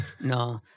no